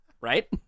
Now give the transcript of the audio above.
Right